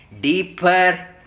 deeper